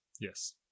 yes